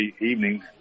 evening